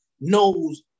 knows